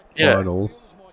finals